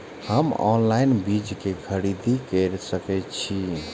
हम ऑनलाइन बीज के खरीदी केर सके छी?